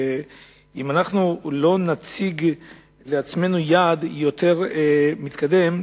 אם לא נציב לעצמנו יעד יותר מתקדם,